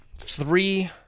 Three